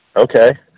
Okay